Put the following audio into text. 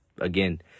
again